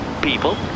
people